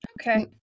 okay